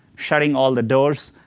shutting all the doors,